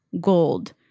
gold